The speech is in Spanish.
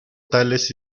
tales